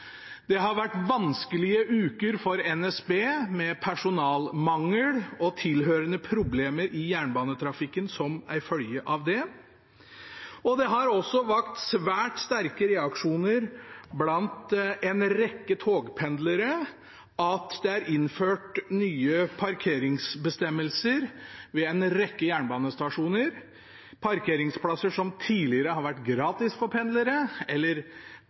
Det har vært vanskelige uker for NSB, med personalmangel og tilhørende problemer i jernbanetrafikken som en følge av det. Det har også vakt svært sterke reaksjoner blant en rekke togpendlere at det er innført nye parkeringsbestemmelser ved en rekke jernbanestasjoner, parkeringsplasser som tidligere har vært gratis for pendlere, eller